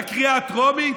בקריאה הטרומית?